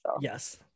Yes